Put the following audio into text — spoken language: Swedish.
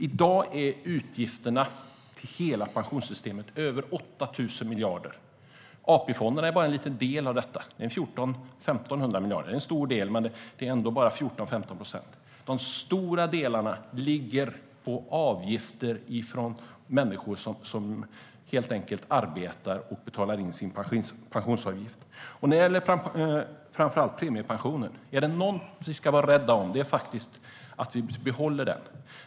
I dag är utgifterna till hela pensionssystemet över 8 000 miljarder. AP-fonderna är bara en del av detta - 1 400-1 500 miljarder. Det är en stor del, men det är ändå bara 14-15 procent. De stora delarna ligger på avgifter från människor som helt enkelt arbetar och betalar in sin pensionsavgift. Är det någonting vi ska vara rädda om är det premiepensionen, att vi behåller den.